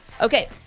Okay